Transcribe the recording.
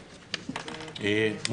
שכחת,